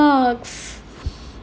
Starbucks